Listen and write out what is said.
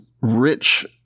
rich